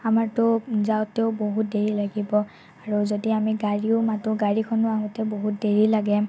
আমাৰতো যাওঁতেও বহুত দেৰি লাগিব আৰু যদি আমি গাড়ীও মাতোঁ গাড়ীখনো আহোঁতে বহুত দেৰি লাগে